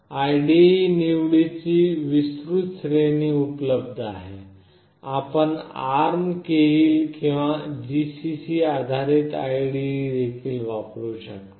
IDE निवडीची विस्तृत श्रेणी उपलब्ध आहे आपण ARM Keil किंवा GCC आधारित IDE देखील वापरू शकता